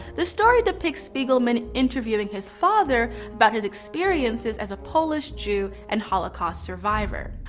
the story depicts spiegelman interviewing his father about his experiences as a polish jew and holocaust survivor.